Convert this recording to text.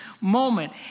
moment